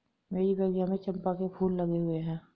मेरे बगिया में चंपा के फूल लगे हुए हैं